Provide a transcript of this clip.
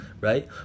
Right